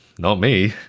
not me!